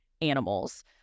animals